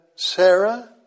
Sarah